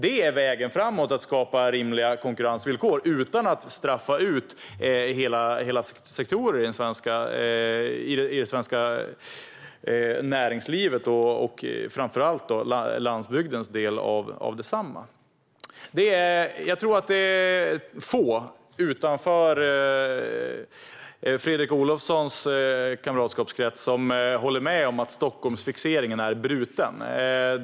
Det är vägen framåt: att skapa rimliga konkurrensvillkor utan att straffa ut hela sektorer i det svenska näringslivet, framför allt landsbygdens del av detsamma. Jag tror att det är få utanför Fredrik Olovssons kamratskapskrets som håller med om att Stockholmsfixeringen är bruten.